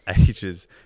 ages